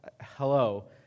hello